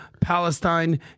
Palestine